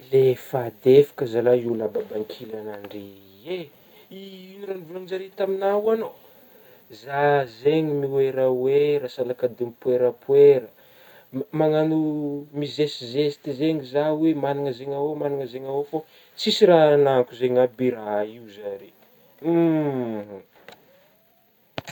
Lefadefaka zalahy io la baba ankilanadreo io eh, iinô raha nivolagninzare taminah ho agnao zah zegny mioeraoera sa la kady mipoerapoera managno mizesizesty zegny zah hoe magnana zegna ô magnana zegna ô fô tsisy raha agnanako zegny aby raha io zare, mmhh.